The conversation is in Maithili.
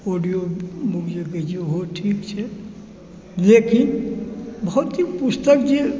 ऑडीओ मोड जे कहै छै ओहो ठीक छै लेकिन भौतिक पुस्तक जे